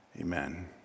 Amen